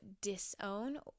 disown